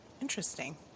Interesting